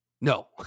no